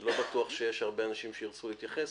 לא בטוח שיש הרבה אנשים שירצו להתייחס,